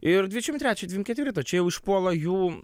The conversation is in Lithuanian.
ir dvidešim trečią dvim ketvirtą čia jau išpuola jų